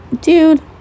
Dude